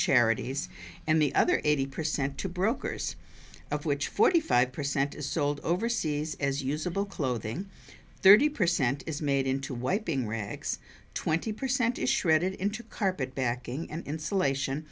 charities and the other eighty percent to brokers of which forty five percent is sold overseas as usable clothing thirty percent is made into wiping rags twenty percent to shred it into carpet backing and insulation